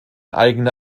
eigene